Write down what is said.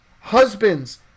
Husbands